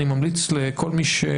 אני ממליץ להישאר,